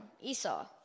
Esau